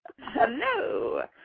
Hello